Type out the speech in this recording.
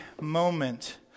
moment